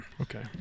okay